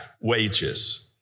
wages